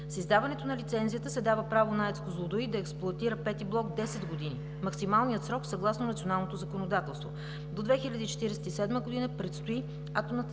С даването на лицензията се дава право на АЕЦ „Козлодуй“ да експлоатира V блок 10 години – максималният срок съгласно националното законодателство. До 2047 г. предстои Атомната